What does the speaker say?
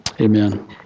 Amen